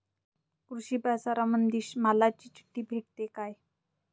कृषीबाजारामंदी मालाची चिट्ठी भेटते काय?